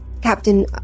Captain